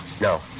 No